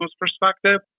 perspective